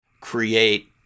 create